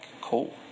cool